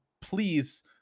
please